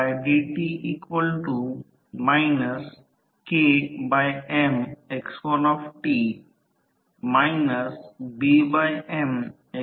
आम्हाला माहित आहे की जास्तीत जास्त कार्यक्षमतेसाठी nu zeta max X p f lX p f l 2 W i की आम्ही प्राप्त केले आहे की आउटपुट 2 W i द्वारे आउटपुट आहे